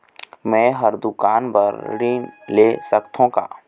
मैं हर दुकान बर ऋण ले सकथों का?